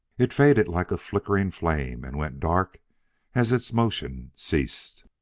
it faded like a flickering flame and went dark as its motion ceased.